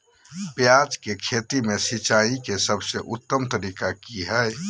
प्याज के खेती में सिंचाई के सबसे उत्तम तरीका की है?